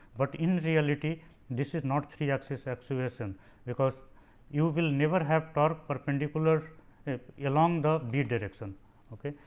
but in reality this is not three axis actuation because you will never have torque perpendicular along the b direction ok.